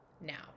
now